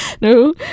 no